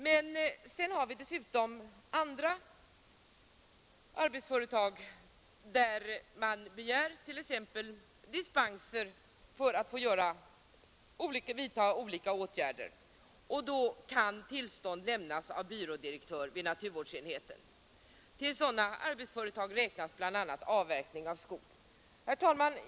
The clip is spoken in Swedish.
Dessutom förekommer det vid andra arbetsföretag att man begär dispenser för att få vidta olika åtgärder. Då kan tillstånd lämnas av byrådirektör vid naturvårdsenheten. Till sådana arbetsföretag räknas bl.a. avverkning av skog.